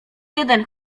jeden